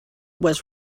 was